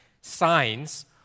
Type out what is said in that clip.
signs